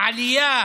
העלייה